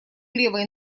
левой